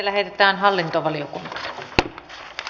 asia lähetettiin hallintovaliokuntaan